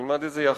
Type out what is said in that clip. נלמד את זה יחד.